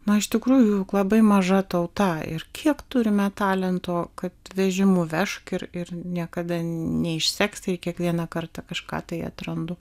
na iš tikrųjų juk labai maža tauta ir kiek turime talento kad vežimu vežk ir ir niekada neišseks ir kiekvieną kartą kažką tai atrandu